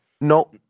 No